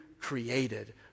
created